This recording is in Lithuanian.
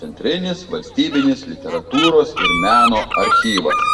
centrinis valstybinis literatūros ir meno archyvas